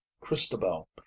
christabel